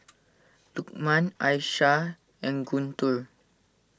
Lukman Aishah and Guntur